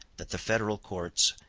that the federal courts,